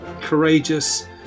courageous